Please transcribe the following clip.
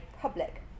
public